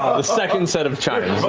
ah second set of chimes.